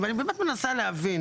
ואני באמת מנסה להבין.